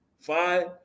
Five